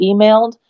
emailed